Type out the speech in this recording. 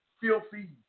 filthy